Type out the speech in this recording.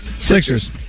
Sixers